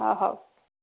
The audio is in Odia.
ହଁ ହେଉ